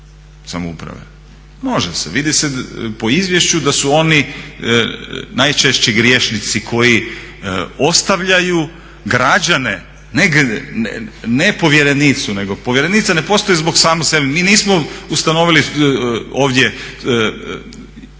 samouprave. Može se, vidi se po izvješću da su oni najčešći grešnici koji ostavljaju građane, ne povjerenicu, povjerenica ne postoji zbog same sebe. Mi nismo ustanovili ovdje